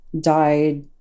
died